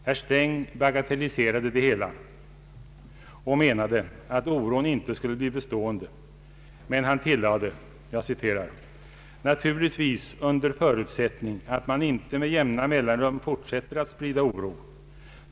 Herr Sträng bagatelliserade det hela och menade att oron inte skulle bli bestående, men han tilllade: ”Naturligtvis under förutsättning att man inte med jämna mellanrum fortsätter att sprida oro.